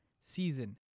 season